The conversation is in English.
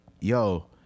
yo